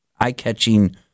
eye-catching